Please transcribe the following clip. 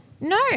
No